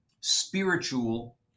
spiritual